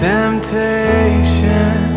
temptation